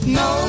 no